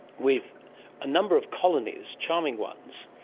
with a number of colonies, charming ones,